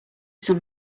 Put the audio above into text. some